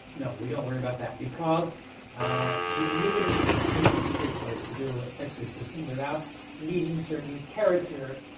no, we don't worry about that because you wouldn't have be commissioned in the first place to do an exorcism without meeting certain character